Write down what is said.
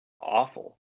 awful